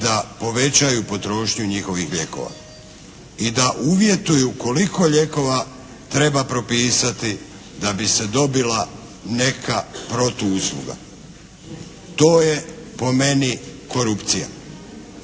da povećaju potrošnju njihovih lijekova i da uvjetuju koliko lijekova treba propisati da bi se dobila neka protuusluga. To je po meni korupcija